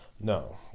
No